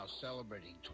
celebrating